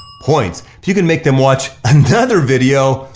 points. if you can make them watch another video,